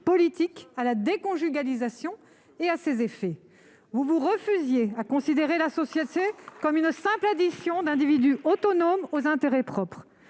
groupe, à la déconjugalisation de l'AAH et à ses effets. Vous vous refusiez à considérer la société comme une simple addition d'individus autonomes aux intérêts propres.